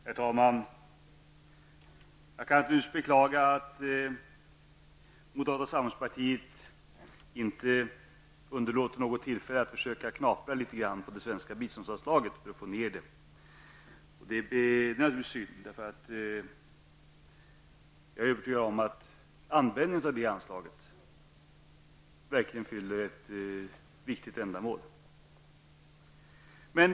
Herr talman! Jag beklagar att företrädare för moderata samlingspartiet inte försitter något tillfälle att försöka knapra på det svenska biståndsanslaget, och det är naturligtvis synd. Jag är övertygad om att biståndsanslaget verkligen fyller en viktig funktion.